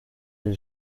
des